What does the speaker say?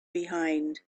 behind